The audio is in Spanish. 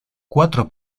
cuatro